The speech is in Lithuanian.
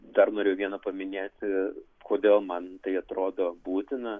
dar norėjau vieną paminėti kodėl man tai atrodo būtina